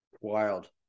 Wild